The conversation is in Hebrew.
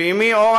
אמי אורה,